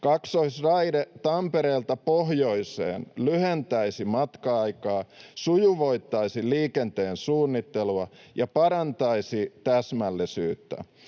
Kaksoisraide Tampereelta pohjoiseen lyhentäisi matka-aikaa, sujuvoittaisi liikenteen suunnittelua ja parantaisi täsmällisyyttä.